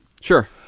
Sure